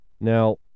now